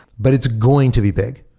but it's going to be big.